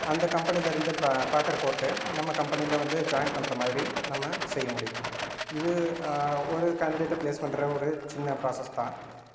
அந்த கம்பெனியிலேருந்து பே பேப்பர் போட்டு நம்ம கம்பெனியில் வந்து ஜாயின் பண்ணுற மாதிரி நம்ம செய்ய முடியும் இது ஒரு கேண்டிடேட்டை பிளேஸ் பண்ணுற ஒரு சின்ன ப்ரோஸஸ் தான்